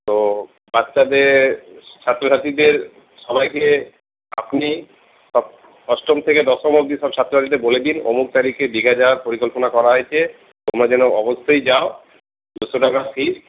তো বাচ্চাদের ছাত্রছাত্রীদের সবাইকে আপনি সব অষ্টম থেকে দশম অবধি সব ছাত্রছাত্রীদের বলে দিন অমুক তারিখে দীঘা যাওয়ার পরিকল্পনা করা হয়েছে তোমরা যেন অবশ্যই যাও দুশো টাকা ফিজ